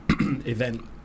event